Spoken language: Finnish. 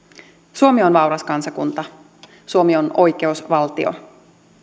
suomi on vauras kansakunta suomi on oikeusvaltio